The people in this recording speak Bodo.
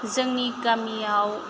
जोंनि गामियाव